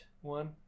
one